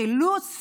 חילוץ